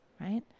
right